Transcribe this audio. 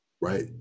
right